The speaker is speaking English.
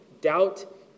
doubt